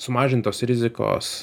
sumažintos rizikos